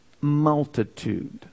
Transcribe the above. multitude